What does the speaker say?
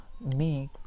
make